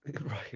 right